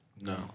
No